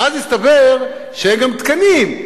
ואז הסתבר שאין גם תקנים,